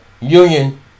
union